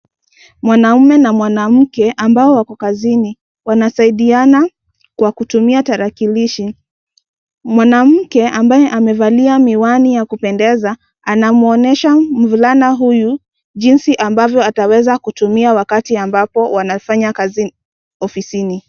Mwanaume na mwanamke, ambao wako kazini, wanasaidiana kwa kutumia tarakilishi, mwanamke, ambaye amevalia miwani ya kupendeza, anamwonyesha mvulana huyu, jinsi ambavyo ataweza kutumia wakati ambapo watafanya kazi ofisini.